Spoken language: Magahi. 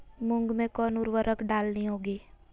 मूंग में कौन उर्वरक डालनी होगी?